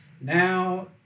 Now